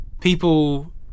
people